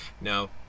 No